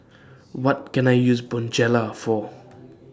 What Can I use Bonjela For